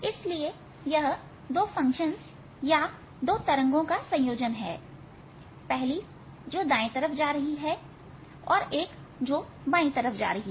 इसलिए यह दो फंक्शंस का या दो तरंगों का संयोजन है पहली जो दाएं तरफ जा रही है और एक जो बाई तरफ जा रही है